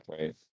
right